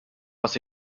was